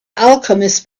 alchemists